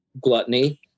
gluttony